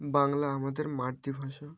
বাংলা আমাদের মাতৃভাষা